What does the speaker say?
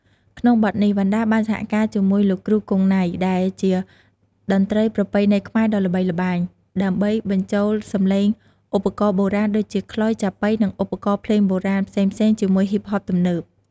ក្នុងបទនេះ វណ្ណដាបានសហការជាមួយ លោកគ្រូ គង់ ណៃ ដែលជាតន្ត្រីប្រពៃណីខ្មែរដ៏ល្បីល្បាញ ដើម្បីបញ្ចូលសម្លេងឧបករណ៍បុរាណដូចជា ខ្លុយ ចាប៉ី និងឧបករណ៍ភ្លេងបុរាណ ផ្សេងៗជាមួយហ៊ីបហបទំនើប។